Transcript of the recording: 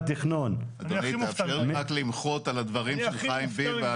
אני חייב למחות על הדברים של חיים ביבס.